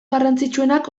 garrantzitsuenak